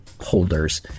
holders